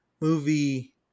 movie